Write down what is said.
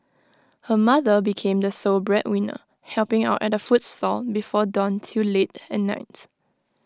her mother became the sole breadwinner helping out at A food stall before dawn till late at nights